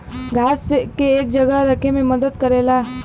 घास के एक जगह रखे मे मदद करेला